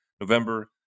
November